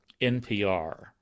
NPR